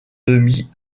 demie